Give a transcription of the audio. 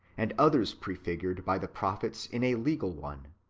and others prefigured by the prophets in a legal one,